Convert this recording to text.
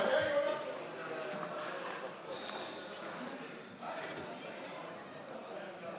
עאידה תומא סלימאן (הרשימה המשותפת):